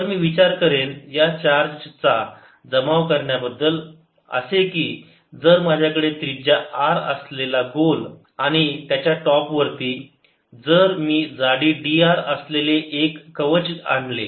तर मी विचार करेन या चार्ज चा जमाव करण्याबद्दल असे की जर माझ्याकडे त्रिजा r असलेला गोल आणि त्याच्या टॉप वरती जर मी जाडी dr असलेले एक कवच आणले